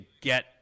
get